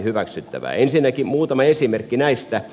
ensinnäkin muutama esimerkki näistä